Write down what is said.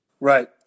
Right